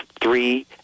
three